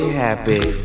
happy